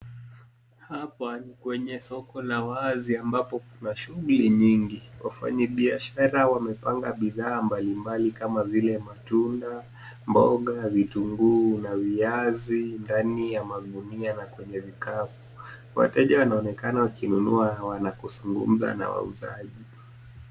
Hapa, ni kwenye soko la wazi ambapo kuna shughuli nyingi. Wafanyabiashara wamepanga bidhaa mbalimbali kama vile matunda, mboga, vitunguu, na viazi, ndani ya magunia na kwenye vikapu. Wateja wanaonekana wakinunua wanapozungumza na wauzaji.